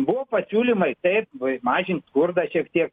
buvo pasiūlymai taip mažint skurdą šiek tiek